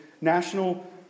national